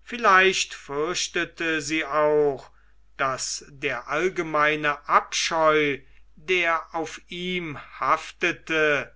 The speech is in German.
vielleicht fürchtete sie auch daß der allgemeine abscheu der auf ihm haftete